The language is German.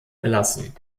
gelassen